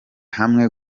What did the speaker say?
hamwe